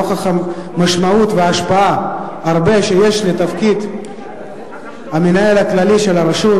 נוכח המשמעות וההשפעה הרבה שיש לתפקיד המנהל הכללי של הרשות,